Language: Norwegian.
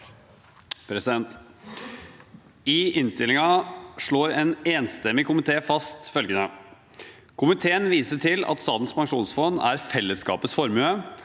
I innstillin- gen slår en enstemmig komité fast følgende: «Komiteen viser til at Statens pensjonsfond er fellesskapets formue,